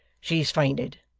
she's fainted